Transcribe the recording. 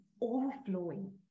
overflowing